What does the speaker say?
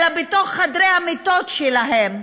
אלא בתוך חדרי המיטות שלהם,